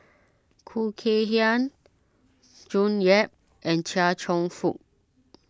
Khoo Kay Hian June Yap and Chia Cheong Fook